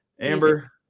Amber